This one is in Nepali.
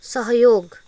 सहयोग